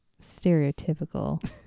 stereotypical